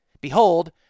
behold